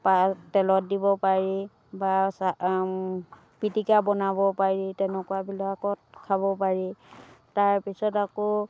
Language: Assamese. তেলত দিব পাৰি বা পিতিকা বনাব পাৰি তেনেকুৱা বিলাকত খাব পাৰি তাৰপিছত আকৌ